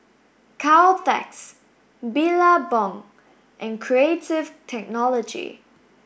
Caltex Billabong and Creative Technology